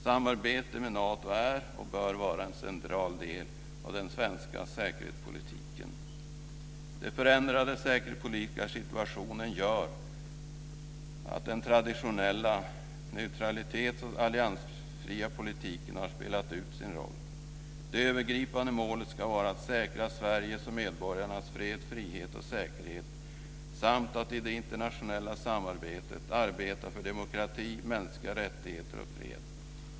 Samarbetet med Nato är och bör vara en central del av den svenska säkerhetspolitiken. Den förändrade säkerhetspolitiska situationen gör att den traditionella neutralitets och alliansfrihetspolitiken har spelat ut sin roll. Det övergripande målet ska vara att säkra Sveriges och medborgarnas fred, frihet och säkerhet, samt att i det internationella samarbetet arbeta för demokrati, mänskliga rättigheter och fred.